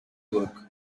work